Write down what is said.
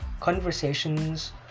conversations